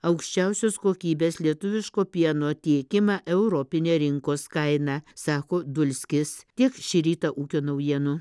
aukščiausios kokybės lietuviško pieno tiekimą europine rinkos kaina sako dulskis tiek šį rytą ūkio naujienų